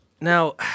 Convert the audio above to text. Now